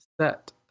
set